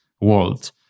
world